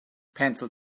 pencils